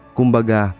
Kumbaga